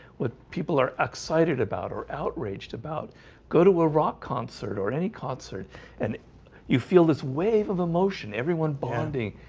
what people are excited about or outraged about go to a rock concert or any concert and you feel this wave of emotion everyone bonding